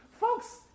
Folks